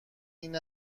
این